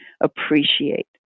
appreciate